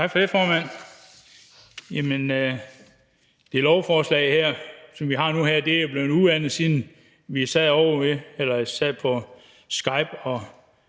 Tak for det, formand. Det lovforslag, som vi har nu her, er jo blevet udvandet, siden vi sad på Skype og